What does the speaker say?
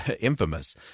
infamous